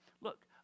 Look